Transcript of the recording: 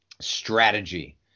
strategy